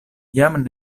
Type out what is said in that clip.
jam